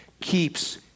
keeps